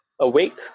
awake